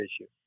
issue